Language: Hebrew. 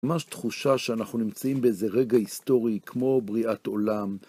ממש תחושה שאנחנו נמצאים באיזה רגע היסטורי כמו בריאת עולם.